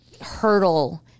hurdle